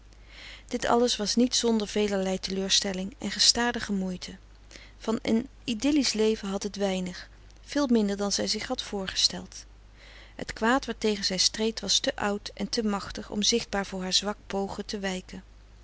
dit alles was niet zonder velerlei teleurstelling en gestadige moeite van een idyllisch leven had het weinig veel minder dan zij zich had voorgesteld het kwaad waartegen zij streed was te oud en te machtig om zichtbaar voor haar zwak pogen te wijken